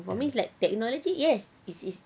for me it's like technology yes it's it's